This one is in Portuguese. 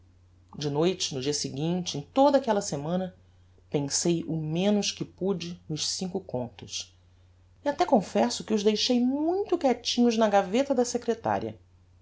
de noite no dia seguinte em toda aquella semana pensei o menos que pude nos cinco contos e até confesso que os deixei muito quietinhos na gaveta da secretaria